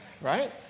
right